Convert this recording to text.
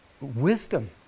wisdom